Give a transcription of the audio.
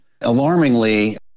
alarmingly